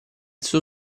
suo